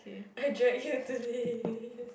I drag you to this